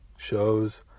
shows